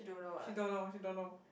she don't know she don't know